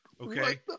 Okay